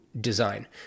design